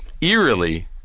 eerily